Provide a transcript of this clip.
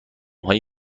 های